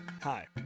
Hi